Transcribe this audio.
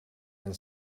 and